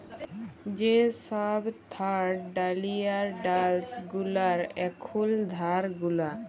যে সব থার্ড ডালিয়ার ড্যাস গুলার এখুল ধার গুলা